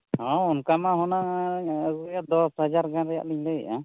ᱦᱮᱸ ᱚᱱᱟᱠᱟ ᱢᱟ ᱦᱩᱱᱟᱹᱝ ᱫᱚᱥ ᱦᱟᱡᱟᱨᱜᱟᱱ ᱨᱮᱭᱟᱜᱞᱤᱧ ᱞᱟᱹᱭᱮᱫᱼᱟ